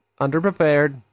underprepared